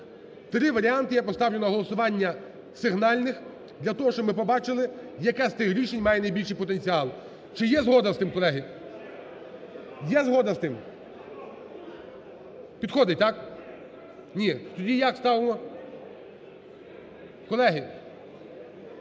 Три варіанти я поставлю на голосування сигнальних, для того щоб ми побачили, яке з тих рішень має більший потенціал. Чи є згода з тим, колеги? Є згода з тим? Підходить, так? Ні. Тоді як ставимо? Колеги,